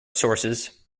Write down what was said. sources